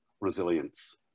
resilience